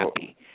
happy